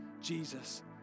Jesus